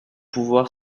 pouvoir